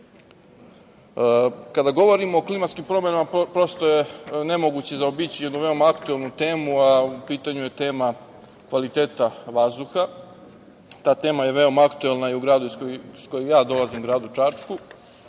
govorimo o klimatskim promenama, prosto je nemoguće zaobići jednu veoma aktuelnu temu, a u pitanju je tema kvaliteta vazduha. Ta tema je veoma aktuelna i u gradu iz kojeg ja dolazim, gradu Čačku,